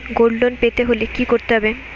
Gold loan পেতে হলে কি করতে হবে?